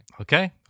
Okay